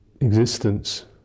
existence